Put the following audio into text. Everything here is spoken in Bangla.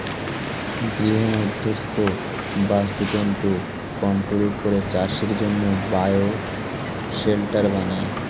গৃহমধ্যস্থ বাস্তুতন্ত্র কন্ট্রোল করে চাষের জন্যে বায়ো শেল্টার বানায়